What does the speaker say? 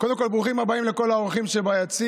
קודם כול, ברוכים הבאים לכל האורחים שביציע.